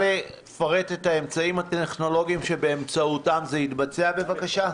את יכולה לפרט את האמצעים הטכנולוגיים שבאמצעותם זה יתבצע בבקשה?